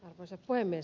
arvoisa puhemies